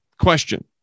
question